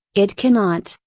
it cannot,